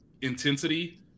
intensity